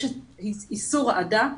יש איסור העדה.